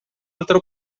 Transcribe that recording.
altra